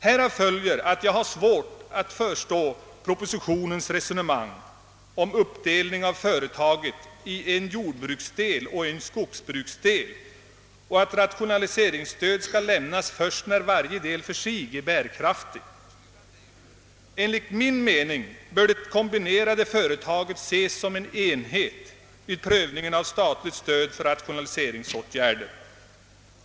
Härav följer att jag har svårt att förstå resonemanget i propositionen om uppdelning av företagen i en jordbruksoch en skogsbruksdel samt om rationaliseringsstöd först när varje del för sig är bärkraftig. Enligt min mening bör det kombinerade företaget ses som en enhet vid prövningen av statligt stöd för rationaliseringsåtgärder.